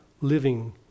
living